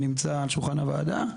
שנמצא על שולחן הוועדה,